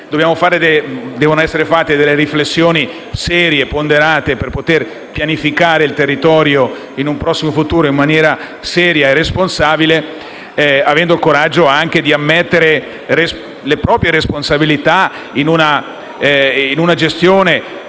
Devono essere fatte pertanto riflessioni serie e ponderate per pianificare il territorio nel prossimo futuro in maniera seria e responsabile, avendo il coraggio di ammettere le proprie responsabilità in una gestione